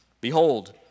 Behold